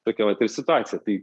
tokia vat ir situacija tai